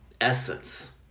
essence